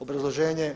Obrazloženje.